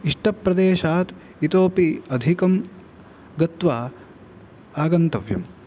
इष्टप्रदेशात् इतोपि गत्वा आगन्तव्यं